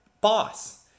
boss